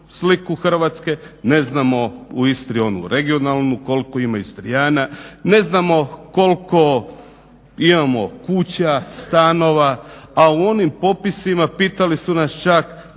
sliku Hrvatske, ne znamo u Istri onu regionalnu koliko ima istrijana, ne znamo koliko imamo kuća, stanova, a u onim popisima pitali su nas čak